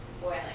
boiling